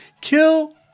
Kill